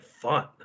fun